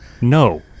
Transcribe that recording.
no